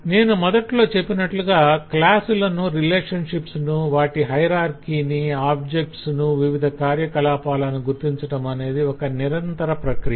నేను మొదటిలో చెప్పినట్లుగా క్లాసులను రిలేషన్షిప్స్ ను వాటి హైరార్కి ని ఆబ్జెక్ట్స్ ను వివిధ కార్యకలాపాలను గుర్తించటమనేది ఒక నిరంతర ప్రక్రియ